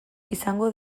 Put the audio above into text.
izango